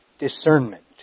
discernment